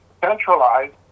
centralized